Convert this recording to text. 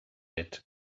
red